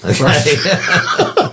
right